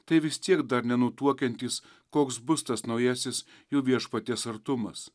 tai vis tiek dar nenutuokiantys koks bus tas naujasis jų viešpaties artumas